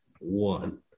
one